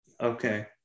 okay